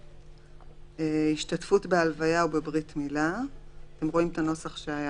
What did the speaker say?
(12) השתתפות בהלוויה או בברית מילה," אתם רואים את הנוסח שהיה קודם.